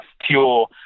pure